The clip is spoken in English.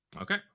Okay